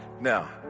now